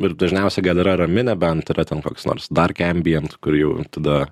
ir dažniausiai gal yra rami nebent ten koks nors dark ambijent kur jau tada